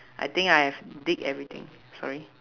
I think I have dig everything sorry